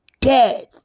death